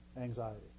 anxiety